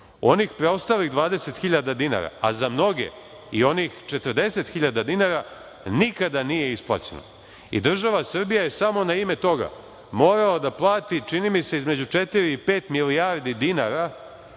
Onih preostalih 20.000 dinara, a za mnoge i onih 40.000 dinara, nikada nije isplaćeno. Država Srbija je samo na ime toga morala da plati, čini mi se, između četiri i pet milijardi dinara